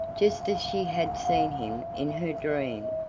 just as she had seen him in her dream.